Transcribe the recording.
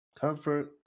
Comfort